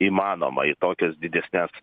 įmanoma į tokias didesnes